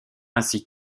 ainsi